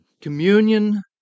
Communion